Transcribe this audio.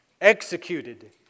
executed